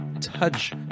touch